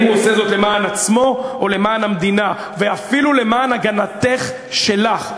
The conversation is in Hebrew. מדינה דמוקרטית אחת.